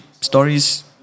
stories